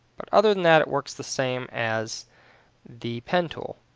but other than that it works the same as the pen tool.